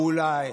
ואו.